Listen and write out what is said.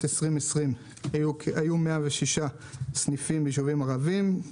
2020 היו 106 סניפים בישובים ערביים,